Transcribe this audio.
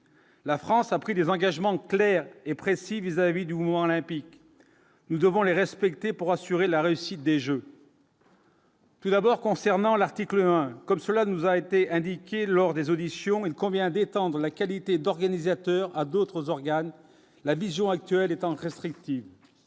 La France a pris des engagements clairs et précis vis-à-vis du moins olympique, nous devons les respecter pour assurer la réussite des Jeux. Tout d'abord concernant l'article, comme cela nous a été indiqué lors des auditions, il convient d'étendre la qualité d'organisateur à d'autres organes la vision actuelle étant restrictive.